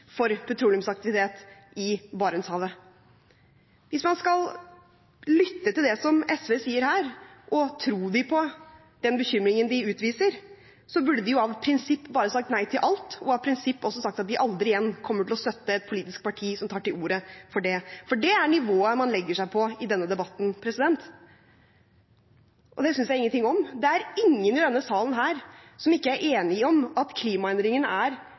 for petroleumsaktivitet i Barentshavet? Hvis man skal lytte til det som SV sier her, og tro dem på den bekymringen de utviser, burde de av prinsipp bare ha sagt nei til alt, og av prinsipp også sagt at de aldri igjen kommer til å støtte et politisk parti som tar til orde for det. Det er nivået man legger seg på i denne debatten, og det synes jeg ingenting om. Det er ingen i denne salen som ikke er enig i at klimaendringene er en kjempeutfordring som vi alle tar på det største alvor, selv om vi er